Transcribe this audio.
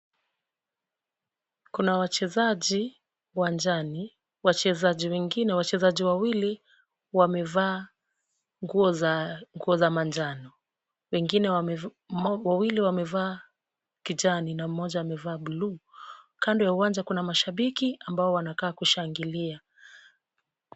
Kuna wachezaji uwanjani, wachezaji wengine, wachezaji wawili wamevaa nguo za manjano, wengine, wawili wamevaa kijani na mmoja amevaa bluu. Kando ya uwanja kuna mashabiki ambao wanakaa kushangilia.